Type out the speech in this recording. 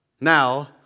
Now